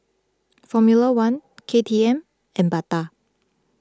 formula one K T M and Bata